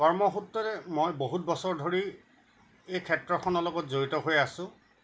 কৰ্মসূত্ৰে মই বহুত বছৰ ধৰি এই ক্ষেত্ৰখনৰ লগত জড়িত হৈ আছোঁ